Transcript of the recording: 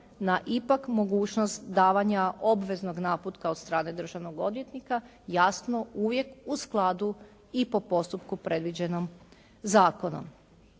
na ipak mogućnost davanja obveznog naputka od strane državnog odvjetnika jasno uvijek u skladu i po postupku predviđenom zakonom.